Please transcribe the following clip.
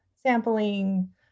Sampling